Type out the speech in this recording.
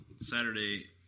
Saturday